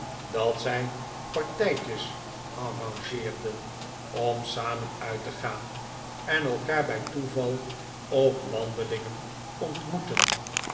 dat zij partijtjes arrangeerden om samen uit te gaan en elkaar bij toeval op wandelingen ontmoetten